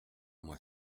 moi